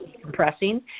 compressing